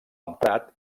emprat